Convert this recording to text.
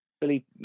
Billy